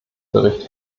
bericht